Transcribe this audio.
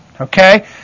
okay